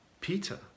Peter